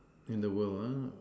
and the world uh